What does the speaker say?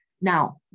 Now